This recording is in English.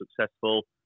successful